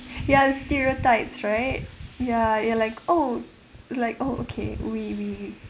ya stereotypes right ya you're like oh like oh okay we we